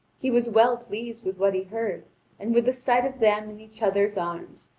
he was well pleased with what he heard and with the sight of them in each other's arms,